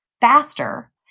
faster